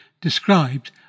described